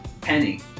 penny